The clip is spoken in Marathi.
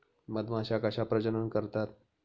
मधमाश्या कशा प्रजनन करतात?